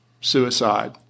suicide